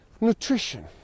nutrition